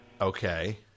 Okay